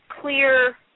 clear